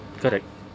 correct